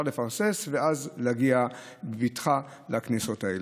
לפרסס ואז להגיע בבטחה לכניסות האלה.